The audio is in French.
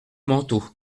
manteau